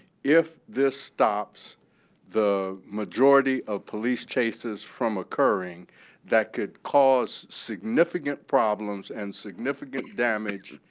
if this stops the majority of police chases from occurring that could cause significant problems and significant damage,